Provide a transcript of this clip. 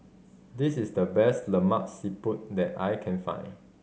this is the best Lemak Siput that I can find